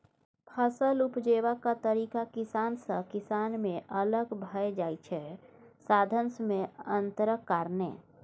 फसल उपजेबाक तरीका किसान सँ किसान मे अलग भए जाइ छै साधंश मे अंतरक कारणेँ